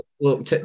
Look